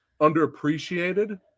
underappreciated